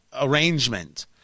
arrangement